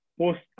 post